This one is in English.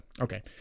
Okay